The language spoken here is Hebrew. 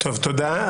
תודה.